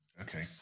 Okay